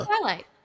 Twilight